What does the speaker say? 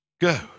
Go